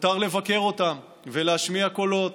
מותר לבקר אותם ולהשמיע קולות